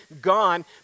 gone